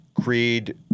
creed